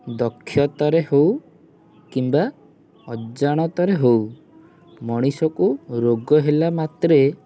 ଦକ୍ଷତାରେ ହେଉ କିମ୍ବା ଅଜାଣତରେ ହେଉ ମଣିଷକୁ ରୋଗ ହେଲା ମାତ୍ରେ